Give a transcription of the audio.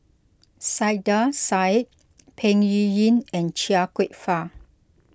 Saiedah Said Peng Yuyun and Chia Kwek Fah